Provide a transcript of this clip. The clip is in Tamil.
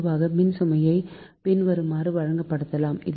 பொதுவாக மின்சுமையை பின்வருமாறு வகைப்படுத்தலாம்